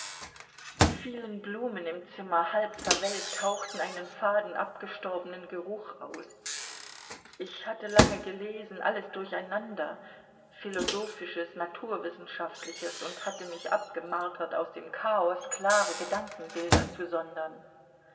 die vielen blumen im zimmer halb verwelkt hauchten einen faden abgestorbenen geruch aus ich hatte lange gelesen alles durcheinander philosophisches naturwissenschaftliches und hatte mich abgemartert aus dem chaos klare gedankenbilder zu sondern